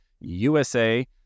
USA